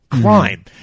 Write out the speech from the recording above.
crime